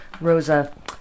Rosa